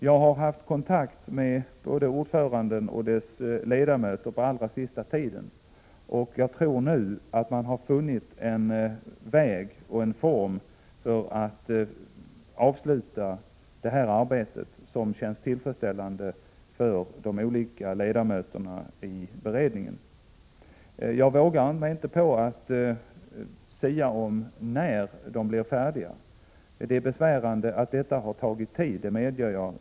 Jag har varit i kontakt med ordföranden och ledamöterna den allra senaste tiden och tror att de nu har funnit en väg och en form för att avsluta arbetet på ett tillfredsställande sätt för ledamöterna i beredningen. Jag vågar inte sia om när arbetet blir färdigt, men jag medger att det är besvärande att det har tagit tid.